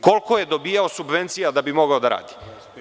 Koliko je dobijao subvencija da bi mogao da radi?